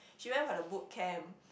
she went for the boot camp